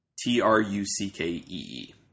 T-R-U-C-K-E-E